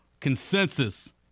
Consensus